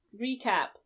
Recap